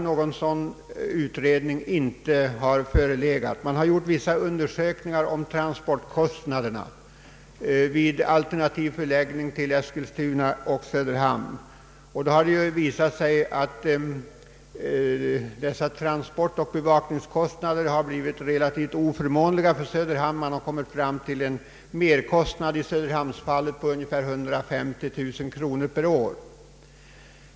Någon sådan utredning har inte kommit till stånd. Vissa undersökningar har gjorts om transportkostnaderna vid alternativ förläggning till Eskilstuna eller Söderhamn. Undersökningarna visar att transportoch bevakningskostnaderna ställer sig relativt oförmånliga för Söderhamns del. Man har kommit fram till en merkostnad i Söderhamnsfallet på ungefär 150 000 kronor per år.